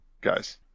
guys